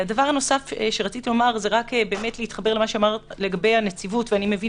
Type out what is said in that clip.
אני רוצה להתחבר למה שאמרת לגבי הנציבות,